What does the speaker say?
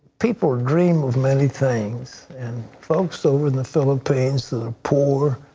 people dream of many things and folks over the philippines, the poor,